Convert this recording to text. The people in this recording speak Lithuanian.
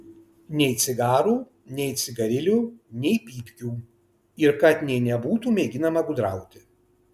nei cigarų nei cigarilių nei pypkių ir kad nė nebūtų mėginama gudrauti